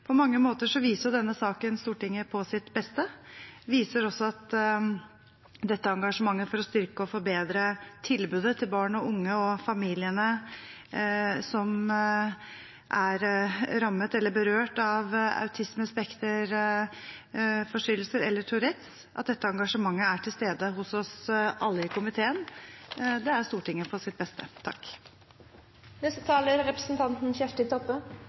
På mange måter viser denne saken Stortinget på sitt beste. Den viser også at engasjementet for å styrke og forbedre tilbudet til barn og unge og familiene som er berørt av autismespekterforstyrrelser eller Tourettes syndrom, er til stede hos oss alle i komiteen. Det er Stortinget på sitt beste. Eg kan slutta meg til det som representanten